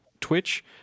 Twitch